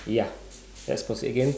ya let's pause it again